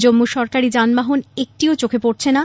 জম্মুর সরকারি যানবাহন একটিও চোখে পড়ছেনা